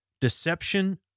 Deception